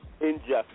injustice